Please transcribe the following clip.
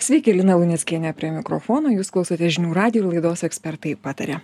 sykį lina luneckienė prie mikrofono jūs klausotės žinių radijo laidos ekspertai pataria